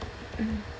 mm